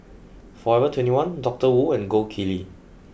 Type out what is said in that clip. forever twenty one Doctor Wu and Gold Kili